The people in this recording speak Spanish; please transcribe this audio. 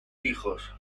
hijos